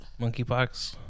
Monkeypox